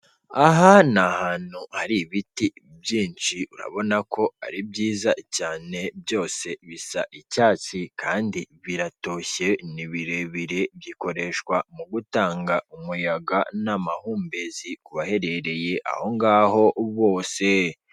Aha ni hantu hari ibiti byinshi, urabona ko ari byiza cyane byose bisa icyatsi kandi biratoshye, ni birebire bikoreshwa mu gutanga umuyaga n'amahumbezi ku baherereye ahongaho bose.